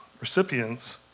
recipients